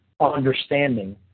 understanding